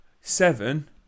seven